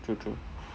true true